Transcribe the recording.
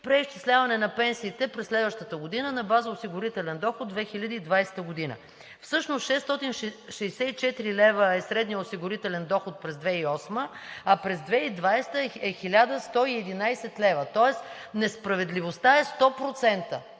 преизчисляването на пенсиите през следващата година на база осигурителен доход от 2020 г. Всъщност 664 лв. е средният осигурителен доход през 2008 г., а през 2020 г. е 1111 лв. – тоест несправедливостта е 100%